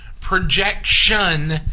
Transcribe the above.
projection